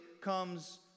comes